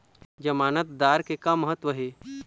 जमानतदार के का महत्व हे?